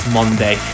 Monday